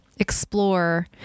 Explore